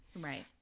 Right